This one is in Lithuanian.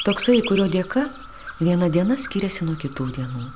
toksai kurio dėka viena diena skiriasi nuo kitų dienų